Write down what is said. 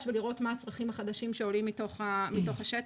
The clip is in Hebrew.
ולראות מה הצרכים החדשים שעולים מתוך השטח.